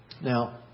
Now